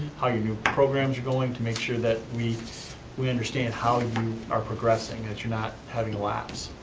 how your new programs are going, to make sure that we we understand how you are progressing, that you're not having a lapse.